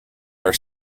are